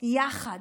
יחד.